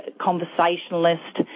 conversationalist